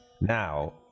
now